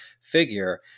figure